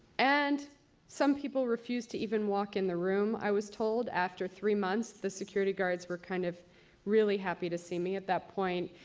and some people refused to even walk in the room, i was told. after three months, the security guards were kind of really happy to see me at that point,